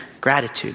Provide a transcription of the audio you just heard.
gratitude